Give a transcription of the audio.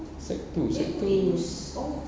sec two sec two is